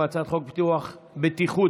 אני קובע שהצעת החוק אושרה בקריאה טרומית